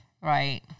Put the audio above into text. Right